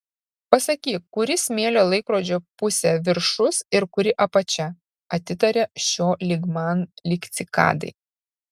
pasakyk kuri smėlio laikrodžio pusė viršus ir kuri apačia atitaria šio lyg man lyg cikadai